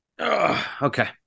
Okay